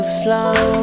flow